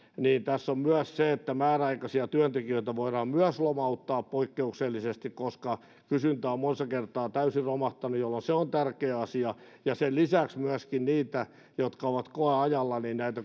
niin tässä on myös se että myös määräaikaisia työntekijöitä voidaan lomauttaa poikkeuksellisesti koska kysyntä on monessa kohtaa täysin romahtanut jolloin se on tärkeä asia ja sen lisäksi myöskin niille jotka ovat koeajalla